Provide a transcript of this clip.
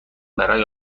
برای